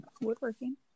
Woodworking